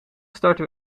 starten